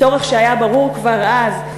צורך שהיה ברור כבר אז,